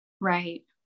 Right